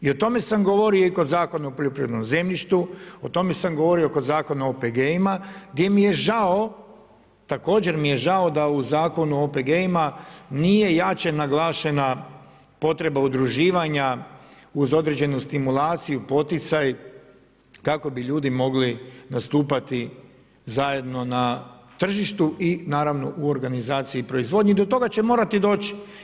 I o tome sam govorio o kod Zakona o poljoprivrednom zemljištu, o tome sam govorio kod Zakona o OPG-ima gdje mi je žao, također mi je žao da u Zakonu o OPG-ima nije jače naglašena potreba udruživanja uz određenu stimulaciju, poticaj, kako bi ljudi mogli nastupati zajedno na tržištu i naravno u organizaciji, proizvodnji, do toga će morati doći.